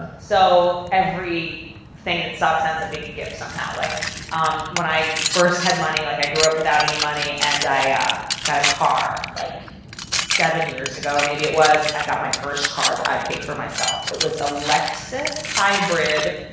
ah so everything that sucks ends up being a gift somehow. like um when i first had money, like i grew up without any money, and i ah got a car like seven years ago, maybe it was. i got my first car that i paid for myself. it was a lexus hybrid.